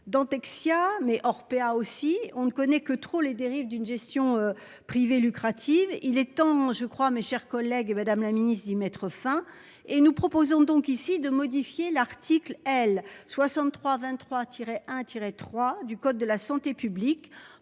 dans Dexia mais Orpea aussi on ne connaît que trop les dérives d'une gestion privée lucrative. Il est temps, je crois, mes chers collègues. Madame la Ministre d'y mettre fin et nous proposons donc ici de modifier l'article L 63 23 tirer un tiré 3 du code de la santé publique